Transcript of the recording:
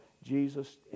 Jesus